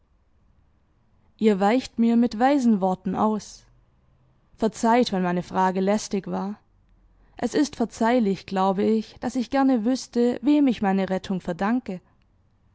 ihr weicht mir mit weisen worten aus verzeiht wenn meine frage lästig war es ist verzeihlich glaube ich daß ich gerne wüßte wem ich meine rettung verdanke